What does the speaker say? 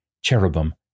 cherubim